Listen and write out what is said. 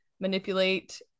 manipulate